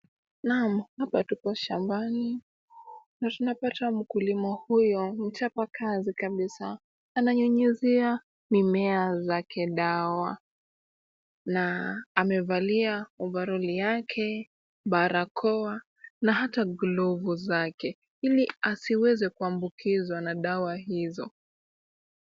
Naam! Hapa tuko shambani na tunapata mkulima huyu mchapa kazi kabisaa ananyunyizia mimea zake dawa na amevalia ovaroli yake, barakoa na hata glovu zake, ili asiweze kuambukizwa na dawa hizo.